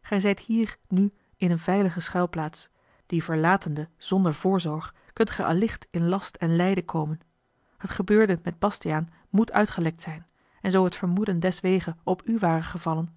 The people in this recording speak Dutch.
gij zijt hier nu in een veilige schuilplaats die verlatende zonder voorzorg kunt gij allicht in last en lijden komen het gebeurde met bastiaan moet uitgelekt zijn en zoo het vermoeden deswege op u ware gevallen